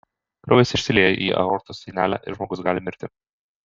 kraujas išsilieja į aortos sienelę ir žmogus gali mirti